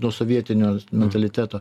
nuo sovietinio mentaliteto